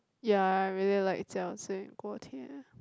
ya I really like 餃子鍋貼